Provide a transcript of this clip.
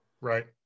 Right